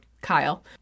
Kyle